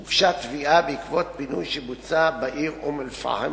הוגשה תביעה בעקבות פינוי שבוצע בעיר אום-אל-פחם,